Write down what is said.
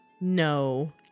No